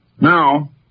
Now